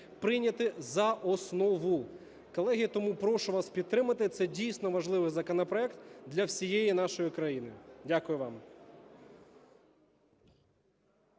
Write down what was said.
прийняти за основу, колеги. Тому прошу вас підтримати. Це дійсно важливий законопроект для всієї нашої країни. Дякую вам.